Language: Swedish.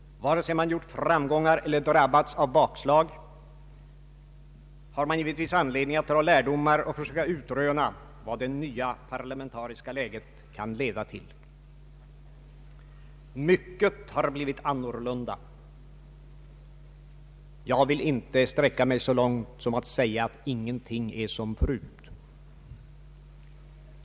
Vare sig man gjort framgångar eller drabbats av bakslag har man givetvis anledning att dra lärdomar och försöka utröna vad det nya parlamentariska läget kan leda till. Mycket har blivit annorlunda — jag vill inte sträcka mig så långt som att säga att ”ingenting är som förut”.